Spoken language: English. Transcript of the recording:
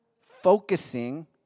focusing